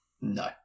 No